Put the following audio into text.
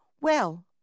Well